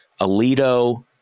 Alito